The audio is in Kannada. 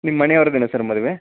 ನಿಮ್ಮ ಮನೆಯವ್ರದೇನಾ ಸರ್ ಮದುವೆ